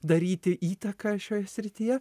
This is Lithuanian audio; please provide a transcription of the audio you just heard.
daryti įtaką šioje srityje